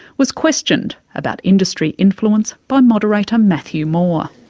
was questioned about industry influence by moderator matthew moore.